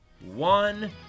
one